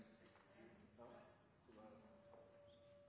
etater